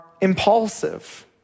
impulsive